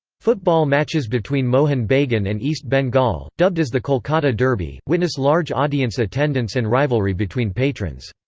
football matches between mohun bagan and east bengal, dubbed as the kolkata derby, witness large audience attendance and rivalry between patrons.